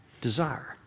desire